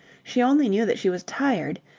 she only knew that she was tired,